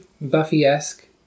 Buffy-esque